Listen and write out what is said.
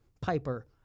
piper